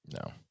No